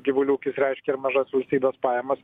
gyvulių ūkis reiškia ir mažas valstybės pajamas